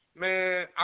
man